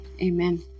Amen